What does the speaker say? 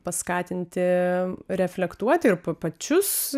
paskatinti reflektuoti ir papačius